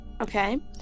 okay